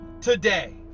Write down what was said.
today